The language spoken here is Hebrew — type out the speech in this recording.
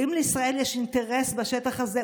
ואם לישראל יש אינטרס בשטח הזה,